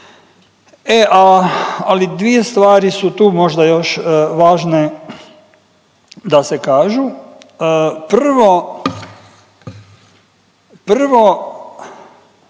a, ali dvije stvari su tu možda još važne da se kažu. Prvo,